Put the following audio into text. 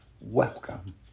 welcome